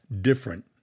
different